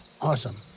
Awesome